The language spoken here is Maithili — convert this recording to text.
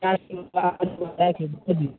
कैशमे